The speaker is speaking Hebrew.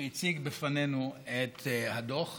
שהציג בפנינו את הדוח.